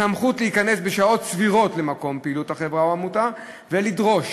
וסמכות להיכנס בשעות סבירות למקום פעילות החברה או העמותה ולדרוש